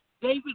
David